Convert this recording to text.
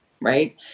right